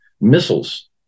missiles